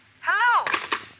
Hello